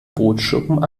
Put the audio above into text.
bootsschuppen